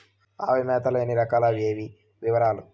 ఆవుల మేత ఎన్ని రకాలు? అవి ఏవి? వివరాలు?